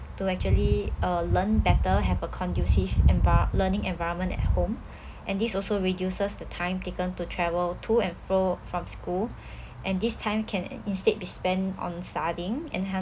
to actually uh learn better have a conducive envi~ learning environment at home and this also reduces the time taken to travel to and fro~ from school and this time can instead be spent on studying and